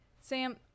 Sam